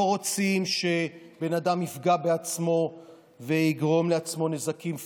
לא רוצים שבן אדם יפגע בעצמו ויגרום לעצמו נזקים פיזיים.